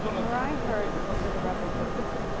mari heard that the rebels were coming.